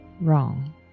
wrong